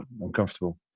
uncomfortable